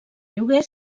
lloguer